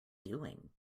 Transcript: doing